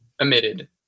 emitted